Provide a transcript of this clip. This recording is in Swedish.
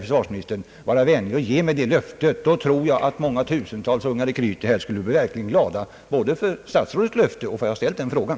Försvarsministern kan väl ändå vara vänlig att ge mig det löftet! Jag tror att många tusental unga rekryter då skulle bli verkligt glada, både åt statsrådets löfte och åt att jag har ställt den frågan.